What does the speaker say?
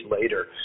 later